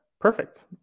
perfect